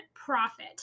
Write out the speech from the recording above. profit